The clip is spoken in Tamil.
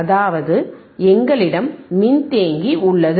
அதாவது எங்களிடம் மின்தேக்கி உள்ளது